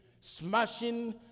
smashing